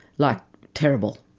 like terrible,